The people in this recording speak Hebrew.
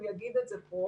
הוא יגיד את זה פה,